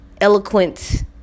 eloquent